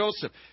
Joseph